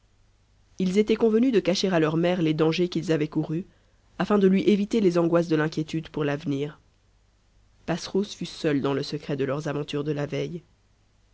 ils étaient convenus de cacher à leur mère les dangers qu'ils avaient courus afin de lui éviter les angoisses de l'inquiétude pour l'avenir passerose fut seule dans le secret de leurs aventures de la veille